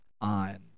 on